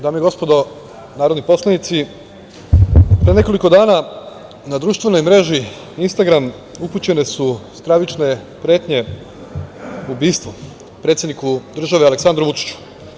Dame i gospodo narodni poslanici, pre nekoliko dana na društvenoj mreži Instagram upućene su stravične pretnje ubistvom predsedniku države Aleksandru Vučiću.